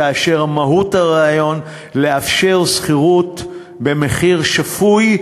כאשר מהות הרעיון היא לאפשר שכירות במחיר שפוי,